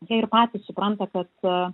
jie ir patys supranta kad